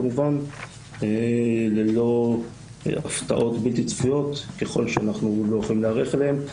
כמובן ללא הפתעות בלתי צפויות ככל שאנחנו לא יכולים להיערך אליהן,